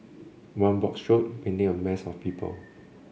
one broad stroke painting a mass of people